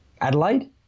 Adelaide